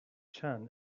chan